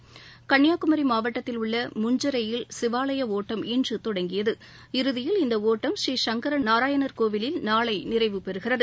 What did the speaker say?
இன்று கன்னியாகுமி மாவட்டத்தில் உள்ள முஞ்சிறையில் சிவாலாய ஓட்டம் இன்று தொடங்கியது இறுதியில் இந்த ஒட்டம் ஸ்ரீ சங்கர நாராயணர் கோவிலில் நாளை நிறைவு பெறுகிறது